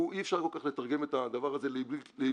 אי אפשר כל כך לתרגם את הדבר הזה לעברית --- אז